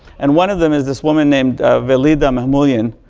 and one of them is this woman named velida mahmuljin.